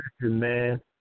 man